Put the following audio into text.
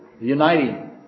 uniting